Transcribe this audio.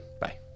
bye